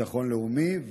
לביטחון לאומי.